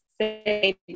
say